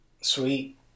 Sweet